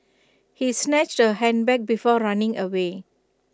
he snatched her handbag before running away